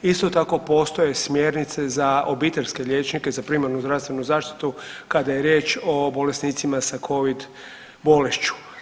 Isto tako, postoje smjernice za obiteljske liječnike, za primarnu zdravstvenu zaštitu, kada je riječ o bolesnicima sa Covid bolešću.